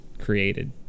created